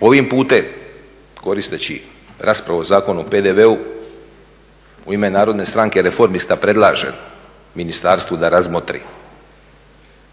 Ovim putem koristeći raspravu o Zakonu o PDV-u u ime Narodne stranke Reformista predlažem ministarstvu da razmotri